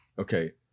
Okay